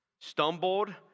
Stumbled